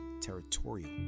territorial